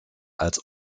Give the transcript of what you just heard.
als